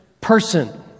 person